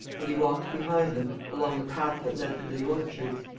and he walked behind them, along the path that led through the orchards.